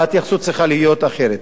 וההתייחסות צריכה להיות אחרת.